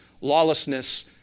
lawlessness